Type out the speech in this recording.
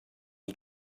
you